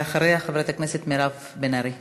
ואחריה, חברת הכנסת מירב בן ארי.